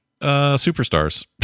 Superstars